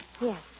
Yes